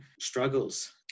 struggles